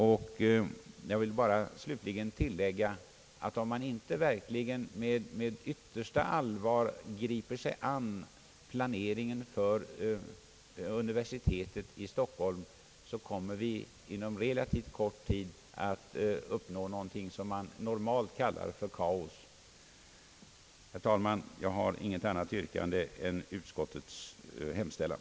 Slutligen vill jag bara tillägga att om man inte med yttersta allvar griper sig an planeringen för universitetet i Stockholm, så kommer vi inom relativt kort tid att uppnå någonting som normalt kallas för kaos. Herr talman! Jag har inget annat yrkande än bifall till utskottets hemställan.